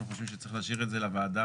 אנחנו חושבים שצריך להשאיר את זה לוועדה